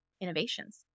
innovations